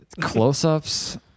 Close-ups